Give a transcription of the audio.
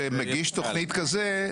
שמגיש תוכנית כזה,